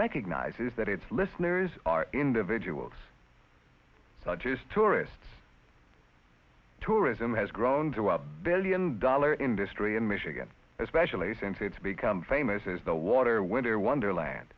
recognizes that it's listeners are individuals so just tourists tourism has grown to a billion dollar industry in michigan especially since it's become famous is the water winter wonderland